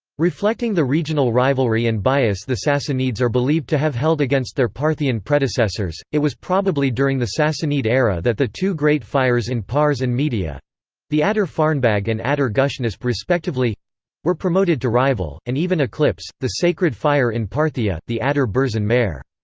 reflecting the regional rivalry and bias the sassanids are believed to have held against their parthian predecessors, it was probably during the sassanid era that the two great fires in pars and media the adur farnbag and adur gushnasp respectively were promoted to rival, and even eclipse, the sacred fire in parthia, the adur burzen-mehr.